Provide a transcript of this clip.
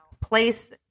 place